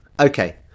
Okay